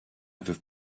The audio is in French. peuvent